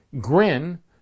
Grin